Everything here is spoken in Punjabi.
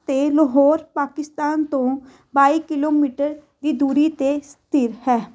ਅਤੇ ਲਾਹੋਰ ਪਾਕਿਸਤਾਨ ਤੋਂ ਬਾਈ ਕਿਲੋਮੀਟਰ ਦੀ ਦੂਰੀ 'ਤੇ ਸਥਿਤ ਹੈ